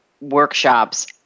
workshops